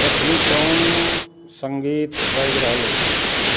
अखन कओन सङ्गीत बाजि रहल अछि